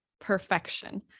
perfection